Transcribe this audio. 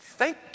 Thank